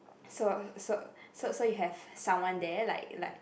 so so so you have someone there like like